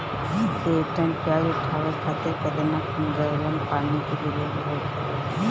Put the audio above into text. एक टन प्याज उठावे खातिर केतना गैलन पानी के जरूरत होखेला?